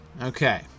Okay